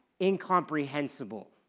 incomprehensible